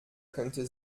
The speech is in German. könnte